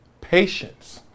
Patience